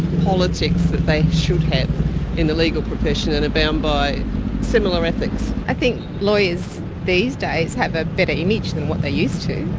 politics that they should have in the legal profession and are bound by similar ethics. i think lawyers these days have a better image than what they used to.